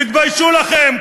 תתביישו לכם.